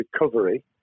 recovery